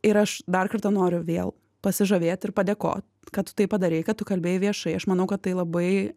ir aš dar kartą noriu vėl pasižavėt ir padėko kad tu tai padarei kad tu kalbėjai viešai aš manau kad tai labai